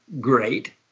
great